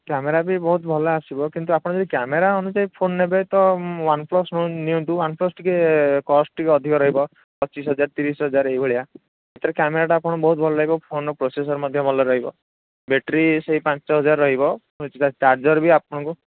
camera ବି ବହୁତ ଭଲ ଆସିବ କିନ୍ତୁ ଆପଣ ଯଦି କ୍ୟାମେରା ଅନୁଯାୟୀ ଫୋନ୍ ନେବେ ତ ୱାନ୍ପ୍ଲସ୍ ନିଅନ୍ତୁ ୱାନ୍ପ୍ଲସ୍ ଟିକେ କଷ୍ଟ୍ ଟିକେ ଅଧିକ ରହିବ ପଚିଶହଜାର ତିରିଶହଜାର ଏହିଭଳିଆ ଏଥିରେ କ୍ୟାମେରାଟା ଆପଣଙ୍କର ବହୁତ ଭଲ ଲାଗିବ ଫୋନ୍ର ପ୍ରୋସେସ୍ର୍ ମଧ୍ୟ ଭଲ ରହିବ ବ୍ୟାଟେରୀ ସେହି ପାଞ୍ଚହଜାର ରହିବ ଚାର୍ଜର୍ ବି ଆପଣଙ୍କୁ